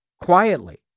quietly